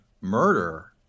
murder